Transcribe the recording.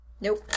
Nope